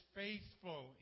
faithful